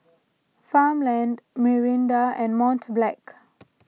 Farmland Mirinda and Mont Blanc